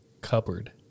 cupboard